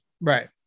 Right